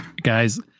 Guys